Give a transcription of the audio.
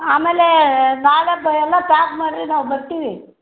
ಆಮೇಲೆ ನಾಳೆ ಬ ಎಲ್ಲ ಪ್ಯಾಕ್ ಮಾಡಿರಿ ನಾವು ಬರ್ತೀವಿ